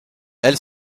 elle